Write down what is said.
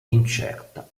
incerta